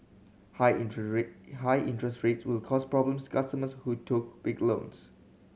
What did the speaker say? high high interest rates will cause problems customers who took big loans